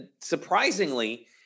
surprisingly